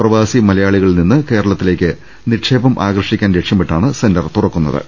പ്രവാസി മലയാളികളിൽനിന്ന് കേരളത്തിലേക്ക് നിക്ഷേപം ആകർഷിക്കാൻ ലക്ഷ്യമിട്ടാണ് സെന്റർ തുറന്നത്